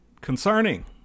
concerning